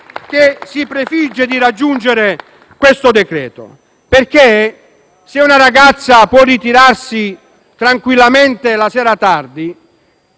che si prefigge di raggiungere questo decreto-legge. Infatti, se una ragazza può ritirarsi tranquillamente la sera tardi,